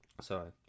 Sorry